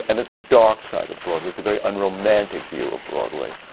and it's the dark side of broadway. it's a very unromantic view of broadway,